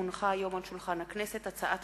כי הונחה היום על שולחן הכנסת הצעת